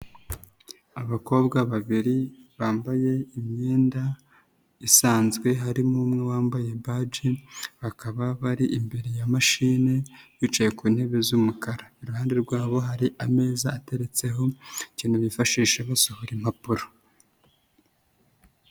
Abakobwa babiri bambaye imyenda isanzwe, harimo umwe wambaye baji, bakaba bari imbere ya mashini bicaye ku ntebe z'umukara. Iruhande rwabo hari ameza ateretseho ikintu bifashisha basohora impapuro.